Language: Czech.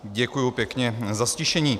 Děkuji pěkně za ztišení.